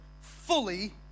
fully